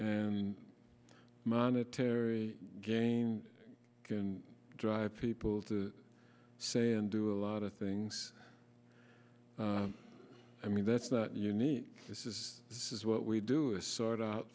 and monetary gain can drive people to say and do a lot of things i mean that's not unique this is this is what we do is sort o